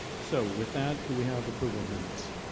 so with that do we have approval of minutes?